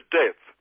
death